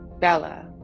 Bella